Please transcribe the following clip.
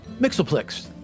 Mixoplex